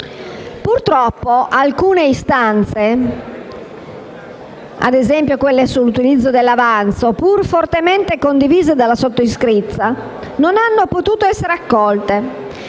Purtroppo alcune istanze (ad esempio quelle sull'utilizzo dell'avanzo), pur fortemente condivise dalla sottoscritta, non hanno potuto essere accolte